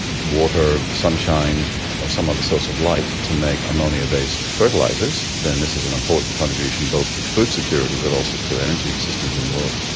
water, sunshine or some other source of light to make ammonia based fertilisers, then this is an important contribution both to food security but also to energy systems in the world.